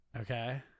Okay